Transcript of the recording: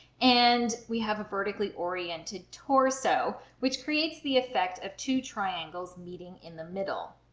and we have a vertically oriented torso which creates the effect of two triangles meeting in the middle.